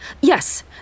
Yes